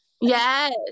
Yes